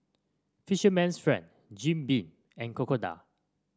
Fisherman's Friend Jim Beam and Crocodile